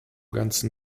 ganzen